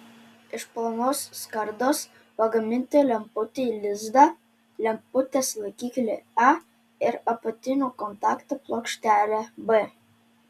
iš plonos skardos pagaminti lemputei lizdą lemputės laikiklį a ir apatinio kontakto plokštelę b